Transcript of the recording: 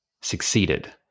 succeeded